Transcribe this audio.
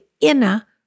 inner